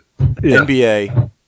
NBA